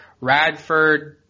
Radford